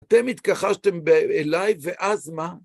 אתם התכחשתם אליי, ואז מה?